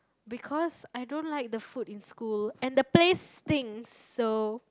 because I don't like the food in school and the place things so